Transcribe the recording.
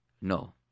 no